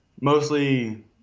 mostly